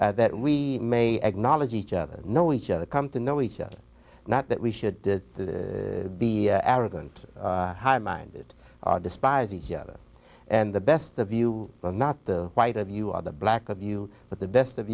tribes that we may acknowledge each other know each other come to know each other not that we should the be arrogant high minded despise each other and the best of you will not the right of you are the black of you but the best of